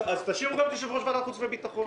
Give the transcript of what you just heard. תשאירו גם את יושב-ראש ועדת החוץ והביטחון.